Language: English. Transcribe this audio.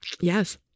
Yes